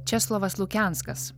česlovas lukenskas